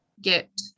get